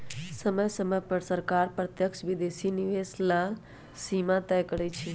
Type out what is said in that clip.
समय समय पर सरकार प्रत्यक्ष विदेशी निवेश लेल सीमा तय करइ छै